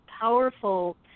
powerful